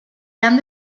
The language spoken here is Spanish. han